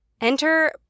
enter